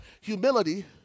Humility